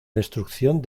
destrucción